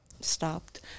stopped